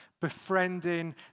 befriending